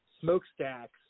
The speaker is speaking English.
smokestacks